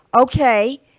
Okay